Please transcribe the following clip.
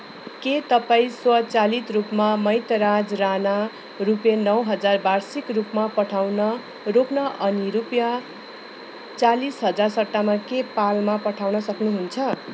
के तपाईँ स्वचालित रूपमा मैतराज राणा रुपियाँ नौ हजार वार्षिक रूपमा पठाउन रोक्न अनि रुपियाँ चालिस हजार सट्टामा के पालमा पठाउन सक्नुहुन्छ